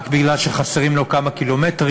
רק מפני שחסרים לו כמה קילומטרים.